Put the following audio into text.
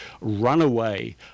runaway